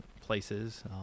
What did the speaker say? places